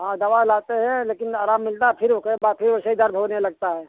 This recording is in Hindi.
हाँ दवा लाते हैं लेकिन आराम मिलता है फिर वापस वहीं दर्द होने लगता है